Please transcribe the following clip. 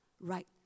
right